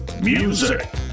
music